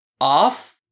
off